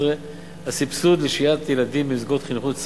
הסבסוד לשהיית ילדים במסגרות חינוכיות,